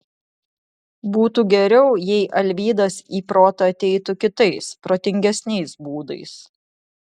būtų geriau jei alvydas į protą ateitų kitais protingesniais būdais